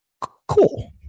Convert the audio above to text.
Cool